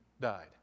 died